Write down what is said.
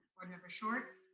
member short.